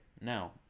Now